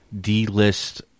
D-list